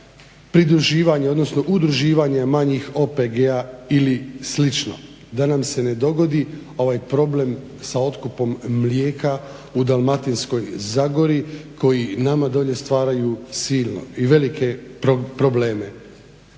pridruživanje odnosno udruživanje manjih OPG-a ili slično, da nam se ne dogodi ovaj problem sa otkupom mlijeka u Dalmatinskoj zagori koji nama dolje stvaraju silne i velike probleme.